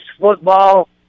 football